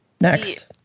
Next